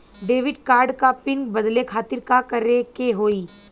Debit card क PIN बदले खातिर का करेके होई?